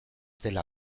dela